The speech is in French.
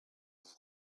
vous